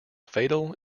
fatal